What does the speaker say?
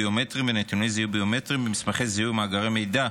ביומטריים ונתוני זיהוי ביומטריים במסמכי זיהוי ובמאגר מידע.